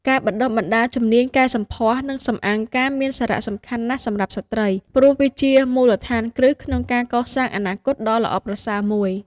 ការបណ្តុះបណ្តាលជំនាញកែសម្ផស្ស និងសម្អាងការមានសារៈសំខាន់ណាស់សម្រាប់ស្ត្រី ព្រោះវាជាមូលដ្ឋានគ្រឹះក្នុងការកសាងអនាគតដ៏ល្អប្រសើរមួយ។